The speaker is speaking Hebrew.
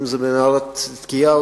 אם זה במערת צדקיהו,